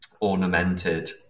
ornamented